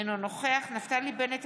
אינו נוכח נפתלי בנט,